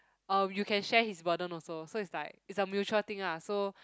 or you can share his burden also so it's like it's a mutual thing ah so